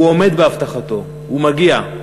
והוא עומד בהבטחתו, הוא מגיע.